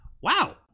wow